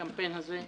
הקמפיין הזה.